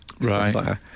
right